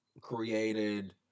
created